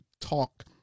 talk